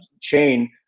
chain